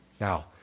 Now